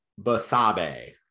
Basabe